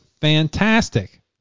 fantastic